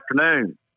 Afternoon